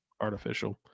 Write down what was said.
artificial